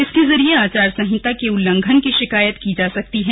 इसके जरिए आचार संहिता के उल्लंघन की शिकायत की जा सकती है